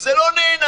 זה לא נענה.